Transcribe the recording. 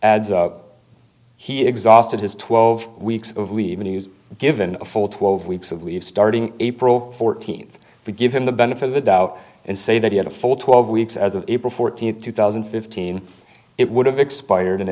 math he exhausted his twelve weeks of leave news given a full twelve weeks of leave starting april fourteenth to give him the benefit of the doubt and say that he had a full twelve weeks as of april fourteenth two thousand and fifteen it would have expired and